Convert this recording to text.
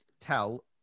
tell